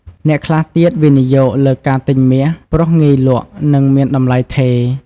អ្នកខ្លះទៀតវិនិយោគលើការទិញមាស ព្រោះងាយលក់ និងមានតម្លៃថេរ។